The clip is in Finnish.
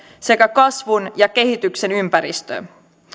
sekä kasvun ja kehityksen ympäristö